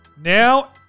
Now